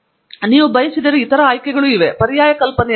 ಮತ್ತು ನಂತರ ನೀವು ಬಯಸುವ ಇತರ ಆಯ್ಕೆಗಳು ಇವೆ ಪರ್ಯಾಯ ಕಲ್ಪನೆ ಎಂದರೇನು